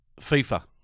FIFA